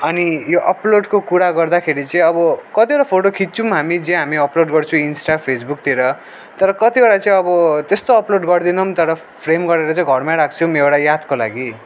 अनि यो अपलोडको कुरा गर्दाखेरि चाहिँ अब कतिवटा फोटो खिच्छौँ हामी जे हामी अपलोड गर्छौँ इन्स्टा फेसबुकतिर तर कतिवटा चाहिँ अब त्यस्तो अपलोड गर्दनौँ तर फ्रेम गरेर चाहिँ घरमै राख्छौँ एउटा यादको लागि